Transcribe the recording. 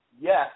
Yes